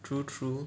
true true